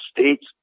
states